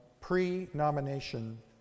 pre-nomination